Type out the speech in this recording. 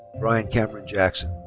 brian cameron jackson.